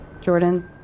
Jordan